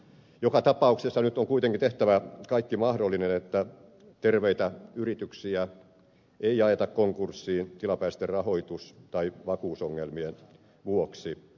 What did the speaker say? joka tapauksessa nyt on kuitenkin tehtävä kaikki mahdollinen että terveitä yrityksiä ei ajeta konkurssiin tilapäisten rahoitus tai vakuutusongelmien vuoksi